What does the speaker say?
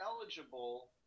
eligible